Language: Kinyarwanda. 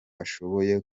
ashoboye